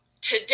today